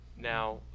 Now